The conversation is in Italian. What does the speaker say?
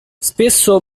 spesso